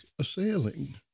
assailing